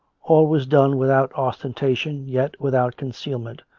all was done without ostentation, yet without con cealment,